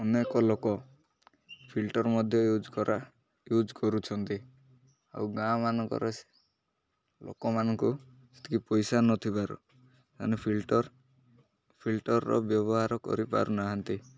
ଅନେକ ଲୋକ ଫିଲ୍ଟର ମଧ୍ୟ ୟୁଜ୍ ୟୁଜ୍ କରୁଛନ୍ତି ଆଉ ଗାଁମାନଙ୍କର ଲୋକମାନଙ୍କୁ ସେତିକି ପଇସା ନଥିବାରୁ ସେମାନେ ଫିଲ୍ଟର ଫିଲ୍ଟରର ବ୍ୟବହାର କରିପାରୁନାହାନ୍ତି